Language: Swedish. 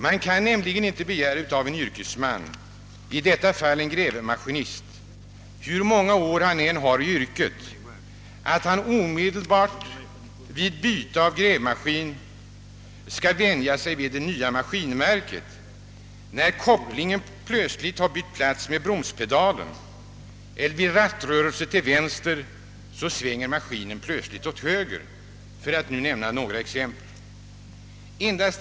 Man kan nämligen inte begära av en yrkesman — i detta fall en grävmaskinist — hur många år han än har i yrket att han omedelbart vid byte av grävmaskin skall vänja sig vid det nya maskinmärket, där kopplingen plötsligt bytt plats med bromspedalen, eller där vid rattrörelse till vänster maskinen svänger åt höger, för att nämna några exempel.